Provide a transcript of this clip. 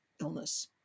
illness